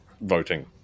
voting